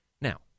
Now